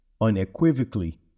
unequivocally